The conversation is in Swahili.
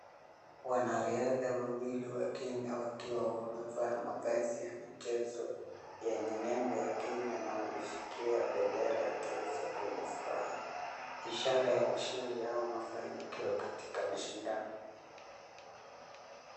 Wanariadha wawili wa Kenya wakiwa wamevaa mavazi ya michezo yenye nembo ya Kenya na wameshikilia bendara ya taifa kwenye furaha ishara ya ushindi au mafanikio katika mashindano.